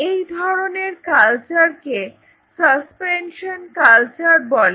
এই ধরনের কালচারকে সাসপেনশন কালচার বলে